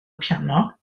piano